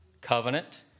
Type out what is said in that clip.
covenant